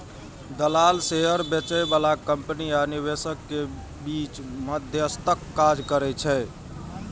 दलाल शेयर बेचय बला कंपनी आ निवेशक के बीच मध्यस्थक काज करै छै